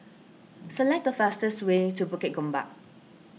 select the fastest way to Bukit Gombak